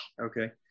Okay